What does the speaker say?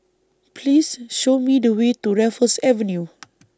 Please Show Me The Way to Raffles Avenue